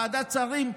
ועדת שרים,